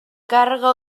càrrega